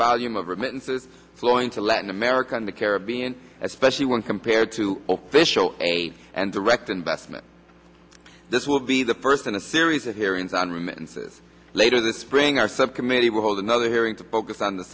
volume of remittances flowing to latin america in the caribbean especially when compared to visual aid and direct investment this will be the first in a series of hearings on remittances later this spring our subcommittee will hold another hearing to focus on the